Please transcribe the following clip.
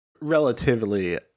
relatively